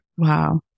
Wow